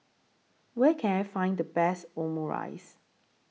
Where Can I Find The Best Omurice